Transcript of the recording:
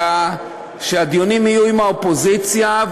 שהדיונים יהיו עם האופוזיציה,